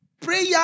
prayer